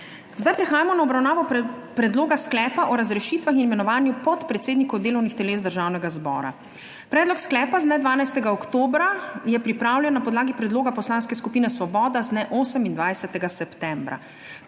Prehajamo na obravnavo Predloga sklepa o razrešitvah in imenovanju podpredsednikov delovnih teles Državnega zbora. Predlog sklepa z dne 12. oktobra je pripravljen na podlagi predloga Poslanske skupine Svoboda z dne 28. septembra.